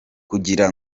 kugira